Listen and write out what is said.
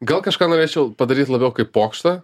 gal kažką norėčiau padaryt labiau kaip pokštą